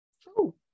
True